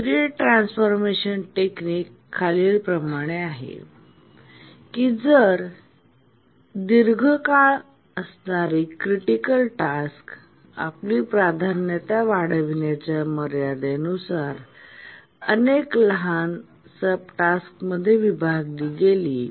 period transformation technique खालील प्रमाणे आहे की जर दीर्घ काळ असणारी क्रिटिकल टास्क आपली प्राधान्यता वाढविण्याच्या मर्यादेनुसार अनेक लहान सबटास्कमध्ये विभागली गेली